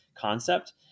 concept